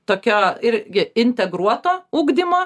tokio irgi integruoto ugdymo